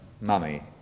mummy